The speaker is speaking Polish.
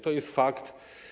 To jest fakt.